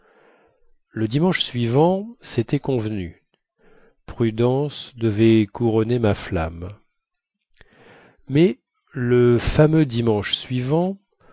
le dimanche suivant cétait convenu prudence devait couronner ma flamme mais le fameux dimanche suivant